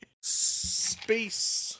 Space